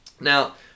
Now